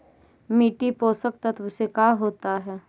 मिट्टी पोषक तत्त्व से का होता है?